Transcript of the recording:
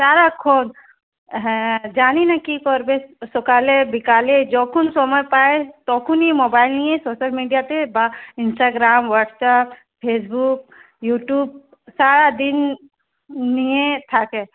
সারাক্ষণ হ্যাঁ জানি না কী করবে সকালে বিকালে যখন সময় পায় তখনই মোবাইল নিয়ে সোশ্যাল মিডিয়াতে বা ইনস্টাগ্রাম হোয়াটসঅ্যাপ ফেসবুক ইউটিউব সারাদিন নিয়ে থাকে